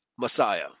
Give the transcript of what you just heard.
Messiah